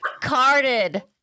Carded